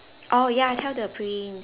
oh ya tell the prince